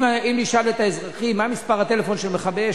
אם נשאל את האזרחים מה מספר הטלפון של מכבי האש,